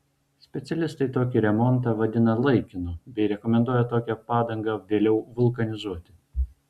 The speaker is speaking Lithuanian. specialistai tokį remontą vadina laikinu bei rekomenduoja tokią padangą vėliau vulkanizuoti